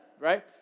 right